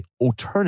alternative